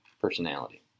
personality